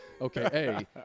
Okay